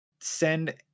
send